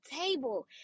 table